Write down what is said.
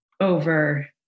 over